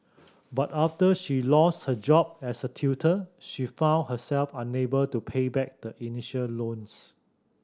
but after she lost her job as a tutor she found herself unable to pay back the initial loans